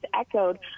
echoed